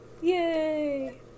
Yay